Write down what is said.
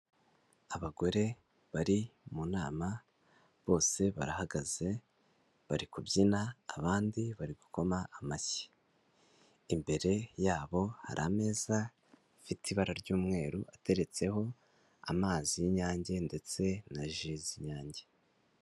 Abagore bari mu nama, bose barahagaze bari kubyina, abandi bari gukoma amashyi, imbere yabo hari ameza afite ibara ry'umweru, ateretseho amazi y'inyange ndetse na ji z'inyange.